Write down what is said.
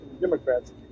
Democrats